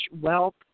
wealth